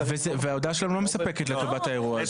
וההודעה שלכם לא מספקת לטובת האירוע הזה.